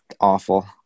awful